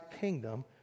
kingdom